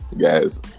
guys